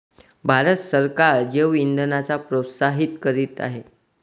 भारत सरकार जैवइंधनांना प्रोत्साहित करीत आहे